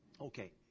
Okay